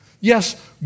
Yes